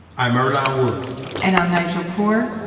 i'm earlonne woods and i'm nigel poor.